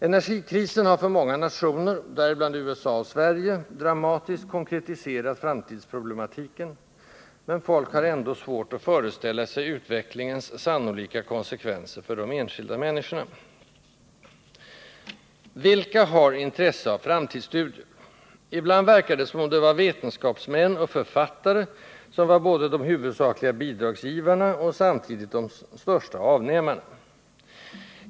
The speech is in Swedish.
Energikrisen har för många nationer — däribland USA och Sverige — dramatiskt konkretiserat framtidsproblematiken, men folk har ändå svårt att föreställa sig utvecklingens sannolika konsekvenser för de enskilda människorna. Vilka har intresse av framtidsstudier? Ibland verkar det som om det var vetenskapsmän och författare som var både de huvudsakliga bidragsgivarna och samtidigt de största avnämarna.